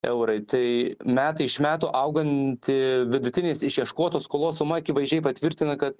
eurai tai metai iš metų auganti vidutinės išieškotos skolos suma akivaizdžiai patvirtina kad